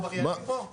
מה, עבריינים פה?